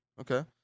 Okay